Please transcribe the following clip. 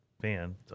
fan